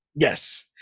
yes